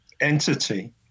entity